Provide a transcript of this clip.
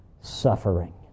suffering